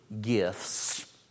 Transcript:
gifts